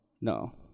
No